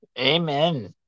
Amen